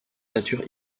nature